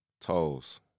Toes